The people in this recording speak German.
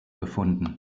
gefunden